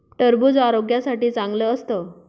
टरबूज आरोग्यासाठी चांगलं असतं